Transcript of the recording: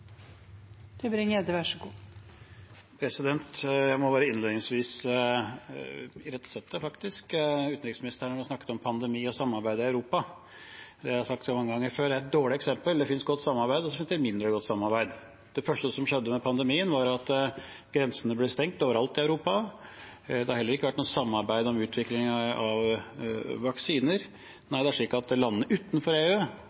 samarbeid, og så finnes det mindre godt samarbeid. Det første som skjedde under pandemien, var at grensene ble stengt overalt i Europa. Det har heller ikke vært noe samarbeid om utviklingen av vaksiner. Nei, det er slik at landene utenfor EU